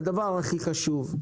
והדבר הכי חשוב: